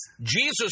Jesus